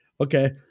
Okay